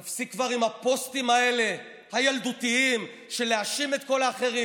תפסיק כבר עם הפוסטים הילדותיים האלה של להאשים את כל האחרים.